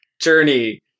Journey